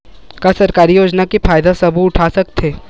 का सरकारी योजना के फ़ायदा सबो उठा सकथे?